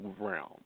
Realm